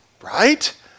right